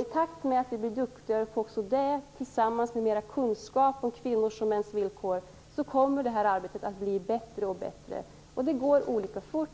I takt med att vi blir duktigare på detta, tillsammans med att vi får mer kunskap om kvinnors och mäns villkor, kommer det här arbetet att bli bättre och bättre. Det går olika fort.